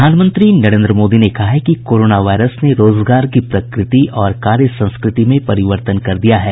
प्रधानमंत्री नरेंद्र मोदी ने कहा कि कोरोना वायरस ने रोजगार की प्रकृति और कार्य संस्कृति में परिवर्तन कर दिया है